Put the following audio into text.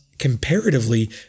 comparatively